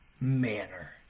manner